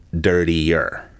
dirtier